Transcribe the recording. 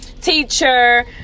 teacher